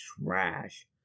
trash